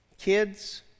Kids